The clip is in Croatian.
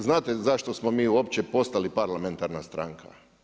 Znate zašto smo mi uopće postali parlamentarna stranka?